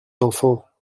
enfants